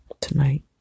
tonight